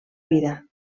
vida